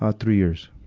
ah three years.